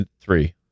Three